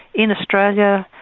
in australia,